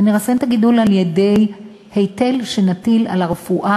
ונרסן את הגידול על-ידי היטל שנטיל על הרפואה